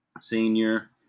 Senior